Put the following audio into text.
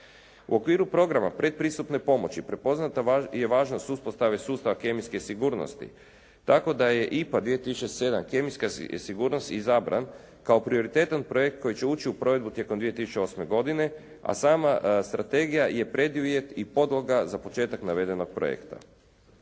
U okviru Programa predpristupne pomoći prepoznata je važnost uspostave sustava kemijske sigurnosti tako da je IPA 2007. kemijska sigurnost izabran kao prioritetan projekt koji će ući u provedbu tijekom 2008. godine a sama strategija je preduvjet i podloga za početak navedenog projekta.